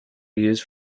used